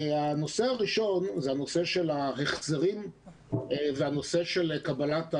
הנושא הראשון הוא הנושא של ההחזרים והנושא של קבלת הדוחות.